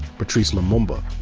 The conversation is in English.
patrice lumumba.